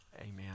Amen